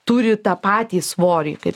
turi tą patį svorį kaip